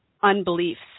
unbeliefs